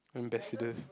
ambassadors